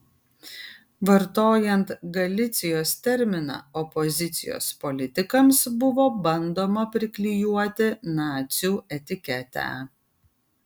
vartojant galicijos terminą opozicijos politikams buvo bandoma priklijuoti nacių etiketę